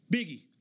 Biggie